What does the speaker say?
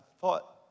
thought